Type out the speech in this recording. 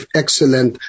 excellent